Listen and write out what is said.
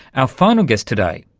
our final guest today,